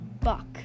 buck